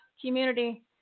community